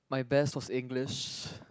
my best was English